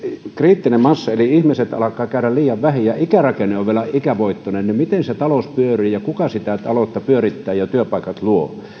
kriittinen massa eli ihmiset alkaa käydä liian vähiin ja ikärakenne on vielä ikävoittoinen niin miten se talous pyörii ja kuka sitä taloutta pyörittää ja työpaikat luo